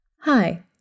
Hi